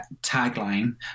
tagline